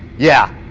yeah,